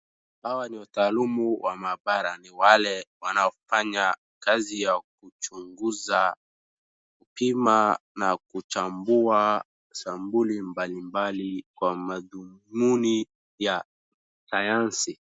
Hawa ni wataalumu wa mahabara ni wale wanaofanya kazi ya kuchunguza kupima a kuchambua sampuli mbali mbali kwa madhumuni ya sayansi.